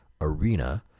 arena